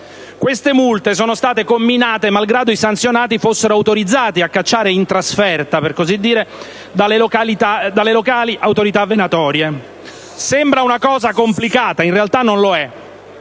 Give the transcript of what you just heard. suddette multe sono state comminate, malgrado i sanzionati fossero autorizzati a cacciare in trasferta dalle locali autorità venatorie. Sembra una circostanza complicata, ma in realtà non lo è: